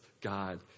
God